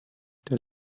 der